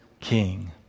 king